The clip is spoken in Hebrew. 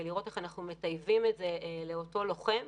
לראות איך אנחנו מטייבים את זה לאותו לוחם,